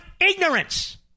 ignorance